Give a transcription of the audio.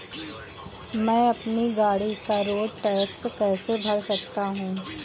मैं अपनी गाड़ी का रोड टैक्स कैसे भर सकता हूँ?